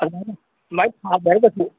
ꯑꯗꯥꯏꯅ ꯁꯨꯃꯥꯏ ꯊꯥꯒꯦ ꯍꯥꯏꯔꯒꯁꯨ